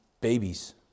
Babies